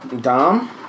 Dom